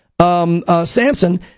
Samson